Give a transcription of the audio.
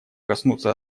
коснуться